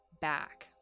back